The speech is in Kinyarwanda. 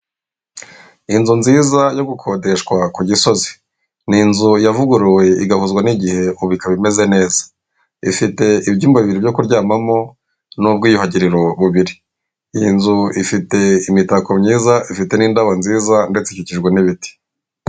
Inzu nziza yo gukodeshwa ku gisozi. Ni inzu yavuguruwe igahuzwa n'igihe ubu bikaba imeze neza, ifite ibyumbabiri byo kuryamamo n'ubwoyuhagiro bubiri. Iyi nzu ifite imitako myiza ifite n'indabo nziza ndetse Ikikijwe n'ibiti.